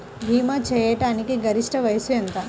భీమా చేయాటానికి గరిష్ట వయస్సు ఎంత?